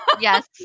Yes